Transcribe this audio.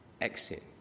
exit